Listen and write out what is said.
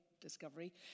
Discovery